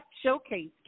Showcase